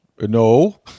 No